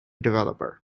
developer